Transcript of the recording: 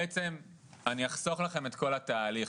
אני אחסוך לכם את כל התהליך,